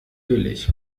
billig